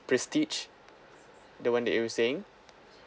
prestige the one that you were saying